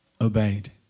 obeyed